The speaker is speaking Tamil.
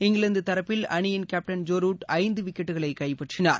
இங்கிலாந்து தரப்பில் அணியின் கேப்டன் ஜோ ரூட் ஐந்து விக்கெட்டுகளை கைப்பற்றினார்